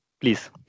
Please